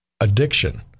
addiction